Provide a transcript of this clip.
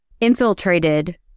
infiltrated